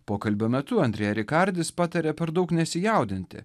pokalbio metu andrėja rikardis patarė per daug nesijaudinti